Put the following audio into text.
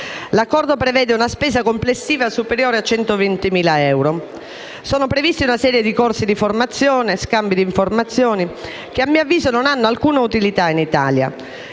Esso prevede una spesa complessiva superiore a 120.000 euro. È prevista una serie di corsi di formazione e scambi di informazioni che, a mio avviso, non ha alcuna utilità in Italia,